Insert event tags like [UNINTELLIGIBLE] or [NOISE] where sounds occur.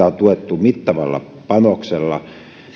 [UNINTELLIGIBLE] on tuettu mittavalla panoksella